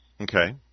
Okay